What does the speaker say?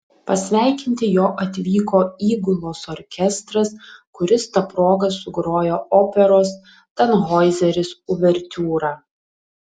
pasveikinti jo atvyko įgulos orkestras kuris ta proga sugrojo operos tanhoizeris uvertiūrą